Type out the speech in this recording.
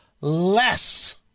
less